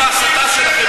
תפסיקו עם התחנונים שלכם,